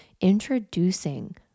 introducing